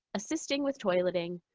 assisting with toileting,